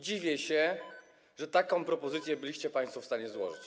Dziwię się, że taką propozycję byliście państwo w stanie złożyć.